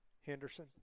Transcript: Henderson